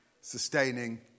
sustaining